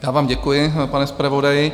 Já vám děkuji, pane zpravodaji.